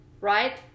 right